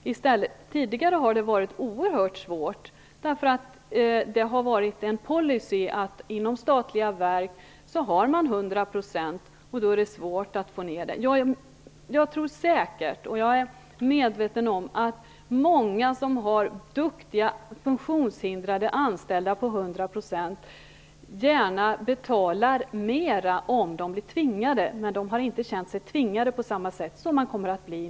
Tidigare var det oerhört svårt, därför att det har varit en policy att det inom statliga verk skall vara 100 %. Då blir det svårt att få ned siffran. Jag är medveten om att många har duktiga funktionshindrade anställda på 100 %, och jag är säker på att de gärna betalar mera om de blir tvingade. Men de har inte känt sig tvingade på det sätt som man nu blir.